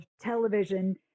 television